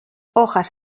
hojas